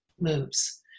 moves